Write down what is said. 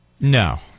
No